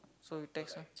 so we text ah